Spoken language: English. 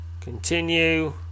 Continue